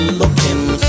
looking